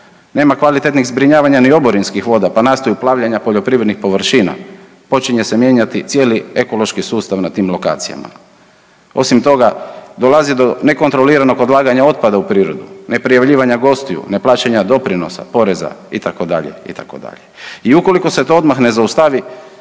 nema kvalitetnih zbrinjavanja ni oborinskih voda, pa nastaju plavljena poljoprivrednih površina. Počinje se mijenjati cijeli ekološki sustav na tim lokacijama. Osim toga, dolazi do nekontroliranog odlaganja otpada u prirodu, neprijavljivanja gostiju, neplaćanja doprinosa, poreza, itd., itd. i ukoliko se to odmah ne zaustavi,